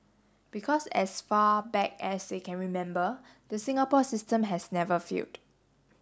because as far back as they can remember the Singapore system has never failed